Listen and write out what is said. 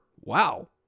wow